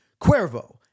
Cuervo